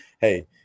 hey